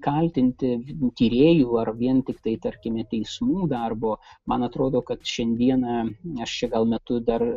kaltinti tyrėjų ar vien tiktai tarkime teismų darbo man atrodo kad šiandieną aš čia gal metu dar